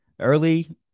early